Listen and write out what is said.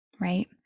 Right